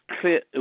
clear